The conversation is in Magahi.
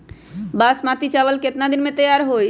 बासमती चावल केतना दिन में तयार होई?